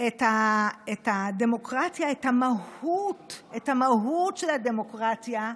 את הדמוקרטיה, את המהות, את המהות של הדמוקרטיה,